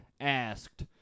Asked